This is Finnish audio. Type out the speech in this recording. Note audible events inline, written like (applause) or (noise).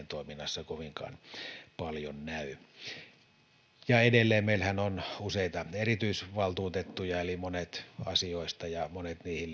(unintelligible) toiminnassa kovinkaan paljon näy edelleen meillähän on useita erityisvaltuutettuja monet asiat ja monet niihin (unintelligible)